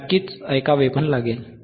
नक्कीच ऐकावे पण लागेल